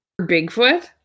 Bigfoot